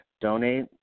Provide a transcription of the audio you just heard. donate